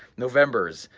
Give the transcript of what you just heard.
november's,